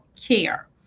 care